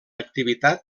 activitat